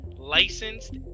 Licensed